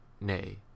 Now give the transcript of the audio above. nay